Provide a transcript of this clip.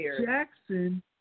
Jackson